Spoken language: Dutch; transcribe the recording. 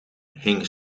hing